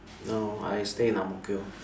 no I stay in Ang-Mo-Kio